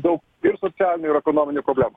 daug ir socialinių ir ekonominių problemų